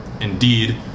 indeed